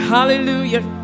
Hallelujah